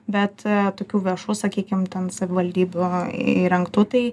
bet tokių viešų sakykim ten savivaldybių įrengtų tai